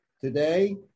Today